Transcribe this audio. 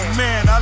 man